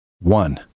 One